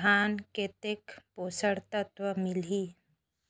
धान कतेक पोषक तत्व मिलही?